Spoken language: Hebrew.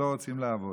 שלא רוצים לעבוד,